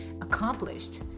accomplished